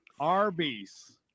Arby's